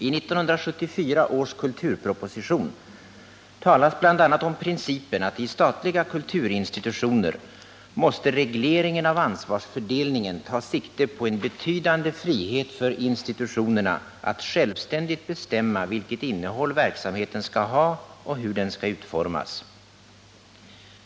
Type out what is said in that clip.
I 1974 års kulturproposition talas bl.a. om principen att i statliga kulturinstitutioner måste regleringen av ansvarsfördelningen ta sikte på en betydande frihet för institutionerna att självständigt bestämma vilket innehåll verksamheten skall ha och hur den skall utformas.